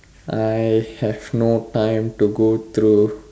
I have no time to go through